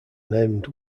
named